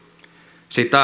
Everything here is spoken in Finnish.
sitä